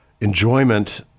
enjoyment